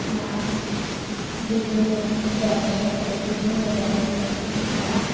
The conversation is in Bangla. মাছ বিভিন্ন জলাশয়ে বিভিন্ন রকমের মাছ